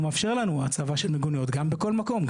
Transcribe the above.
הוא מאפשר לנו הצבה של מיגוניות בכל מקום .